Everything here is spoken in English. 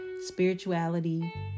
spirituality